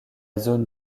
zone